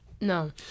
No